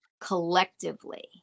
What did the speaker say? collectively